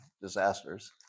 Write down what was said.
disasters